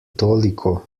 toliko